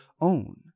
own